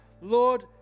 Lord